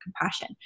compassion